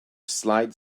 slide